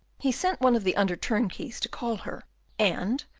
he sent one of the under-turnkeys to call her and,